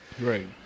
Right